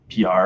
pr